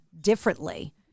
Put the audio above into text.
differently